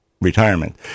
retirement